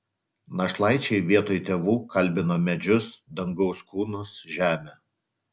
našlaičiai vietoj tėvų kalbino medžius dangaus kūnus žemę